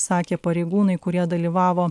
sakė pareigūnai kurie dalyvavo